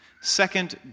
Second